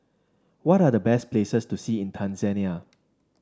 what are the best places to see in Tanzania